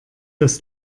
dass